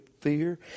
fear